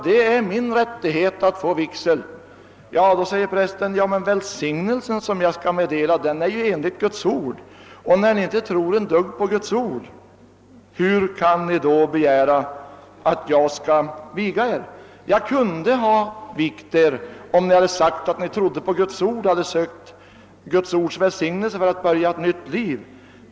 Det är min rättighet att få vigsel.» På detta svarade prästen: »Ja, men välsignelsen som jag skall meddela är enligt Guds ord, och när ni inte tror ett dugg på Guds ord, hur kan ni då begära att jag skall viga er? Jag kunde ha vigt er om ni sagt att ni trodde på Guds ord och hade sökt Guds ords välsignelse för att börja ett nytt liv.